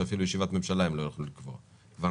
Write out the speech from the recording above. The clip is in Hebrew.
שאפילו ישיבת ממשלה הם לא יכלו לקבוע; כבר